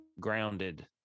grounded